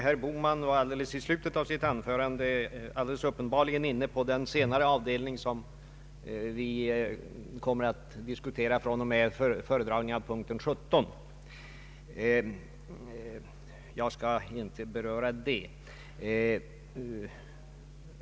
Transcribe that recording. Herr talman! Herr Bohman kom i slutet av sitt anförande alldeles uppenbart in på vad som kommer att diskuteras efter föredragningen av punkten 17, därför skall jag inte beröra det nu.